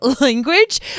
language